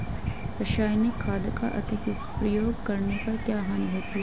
रासायनिक खाद का अधिक प्रयोग करने पर क्या हानि होती है?